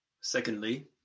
Secondly